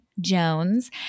Jones